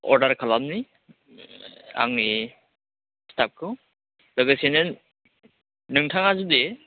order खालामनि आंनि स्टाफखौ लोगोसेनो नोंथाङा जुदि